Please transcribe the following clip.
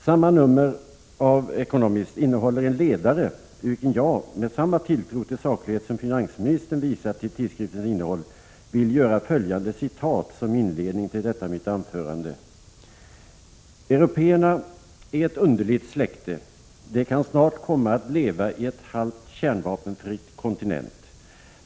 Samma nummer av The Economist innehåller en ledare ur vilken jag, med samma tilltro till sakligheten i tidskriftens innehåll som finansministern visat, vill göra följande citat som inledning till detta mitt anförande: — Européerna är ett underligt släkte. De kan snart komma att leva på en halvt kärnvapenfri kontinent.